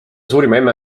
suurima